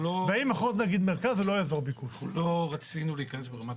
לא רצינו להיכנס ברמת